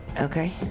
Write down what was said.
Okay